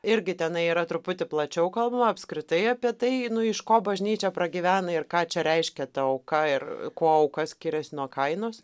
irgi tenai yra truputį plačiau kalbama apskritai apie tai iš ko bažnyčia pragyvena ir ką čia reiškia ta auka ir kuo auka skirias nuo kainos